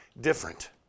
different